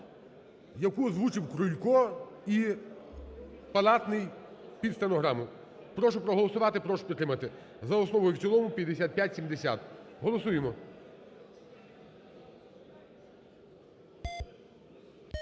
Яку озвучив Крулько і Палатний під стенограму. Прошу проголосувати, прошу підтримати за основу і в цілому 5570. Голосуємо.